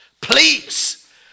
please